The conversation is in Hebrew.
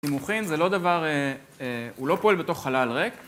סימוכין זה לא דבר, הוא לא פועל בתוך חלל ריק.